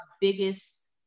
biggest